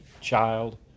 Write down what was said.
child